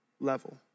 level